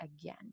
again